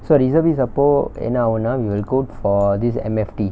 so reservist அப்போ என்னாகுணா:appo ennaagunaa we will go for this M_F_D